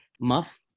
Muff